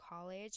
college